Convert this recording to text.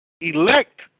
Elect